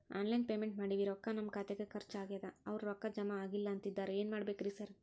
Online payment ಮಾಡೇವಿ ರೊಕ್ಕಾ ನಮ್ ಖಾತ್ಯಾಗ ಖರ್ಚ್ ಆಗ್ಯಾದ ಅವ್ರ್ ರೊಕ್ಕ ಜಮಾ ಆಗಿಲ್ಲ ಅಂತಿದ್ದಾರ ಏನ್ ಮಾಡ್ಬೇಕ್ರಿ ಸರ್?